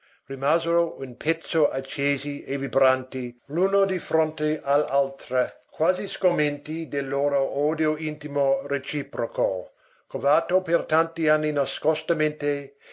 rimasero un pezzo accesi e vibranti l'uno di fronte all'altra quasi sgomenti del loro odio intimo reciproco covato per tanti anni